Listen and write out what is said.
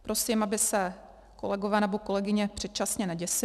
Prosím, aby se kolegové nebo kolegyně předčasně neděsili.